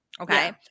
Okay